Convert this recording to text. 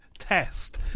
test